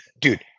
Dude